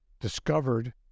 discovered